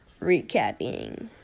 recapping